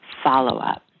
follow-up